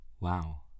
Wow